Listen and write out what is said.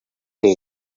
day